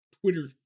Twitter